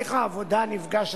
החוקים של מדינת